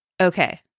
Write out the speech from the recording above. Okay